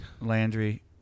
Landry